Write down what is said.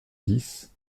dix